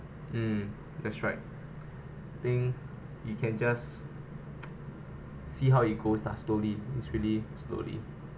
mm that's right I think you can just see how it goes lah slowly it's really slowly